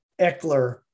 Eckler